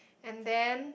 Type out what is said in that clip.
and then